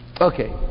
Okay